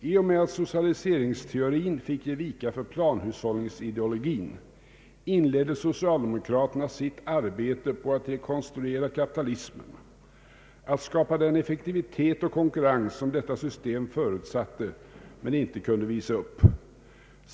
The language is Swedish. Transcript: I och med att socialiseringsteorin fick ge vika för planhushållningsideologin, inledde socialdemokraterna sitt arbete på att rekonstruera kapitalismen, att skapa den effektivitet och konkurrens, som detta system förutsatte men inte kunde visa upp.